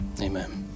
amen